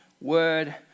Word